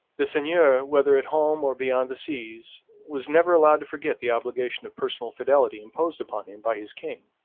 the seigneur, whether at home or beyond the seas, was never allowed to forget the obligation of personal fidelity imposed upon him by his king.